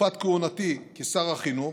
בתקופת כהונתי כשר החינוך,